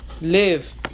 live